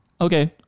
okay